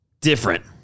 different